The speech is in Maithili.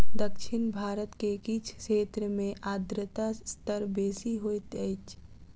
दक्षिण भारत के किछ क्षेत्र में आर्द्रता स्तर बेसी होइत अछि